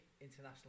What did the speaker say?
international